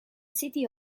city